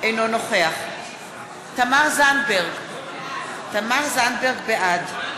אינו נוכח תמר זנדברג, בעד